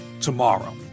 tomorrow